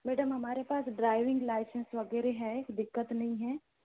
अच्छा मैडम हमारे पास ड्राइविंग लाइसेंस वग़ैरह है दिक्कत नहीं है